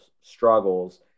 struggles